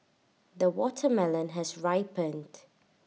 the watermelon has ripened